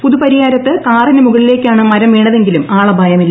പ പുതുപ്പരിയാരത്ത് കാറിന്റു മുകളിലേക്കാണ് മരം വീണതെങ്കിലും ആളപായമില്ല